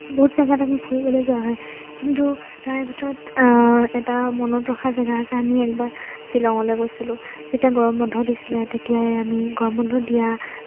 বহুত জেগাত আমি ফুৰিবলৈ যোৱা হয় কিন্তু তাৰে ভিতৰত এটা মনত ৰখা জেগা আছে আমি একবাৰ শ্বিলঙলৈ গৈছিলোঁ যেতিয়া গৰম বন্ধ দিছিলে তেতিয়াই আমি গৰম বন্ধ দিয়া